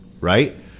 right